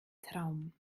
traum